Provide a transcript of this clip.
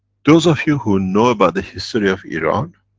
those of you who knows about the history of iran.